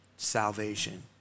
salvation